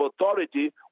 authority